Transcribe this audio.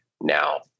now